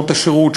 שנות השירות,